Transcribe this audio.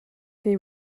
they